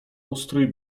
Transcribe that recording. ustrój